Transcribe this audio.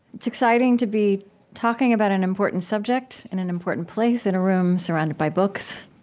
it's exciting to be talking about an important subject in an important place in a room surrounded by books.